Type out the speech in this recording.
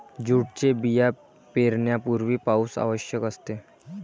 जूटचे बिया पेरण्यापूर्वी पाऊस आवश्यक असते